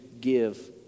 give